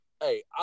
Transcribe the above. Hey